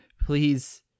please